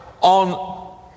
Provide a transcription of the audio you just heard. On